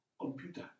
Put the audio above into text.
computer